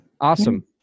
Awesome